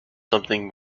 something